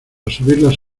subirlas